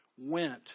went